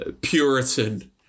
Puritan